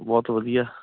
ਬਹੁਤ ਵਧੀਆ